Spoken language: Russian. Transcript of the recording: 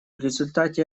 результате